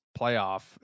playoff